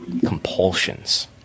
compulsions